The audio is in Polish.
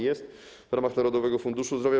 Jest w ramach Narodowego Funduszu Zdrowia.